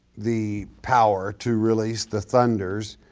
the power to release the thunders,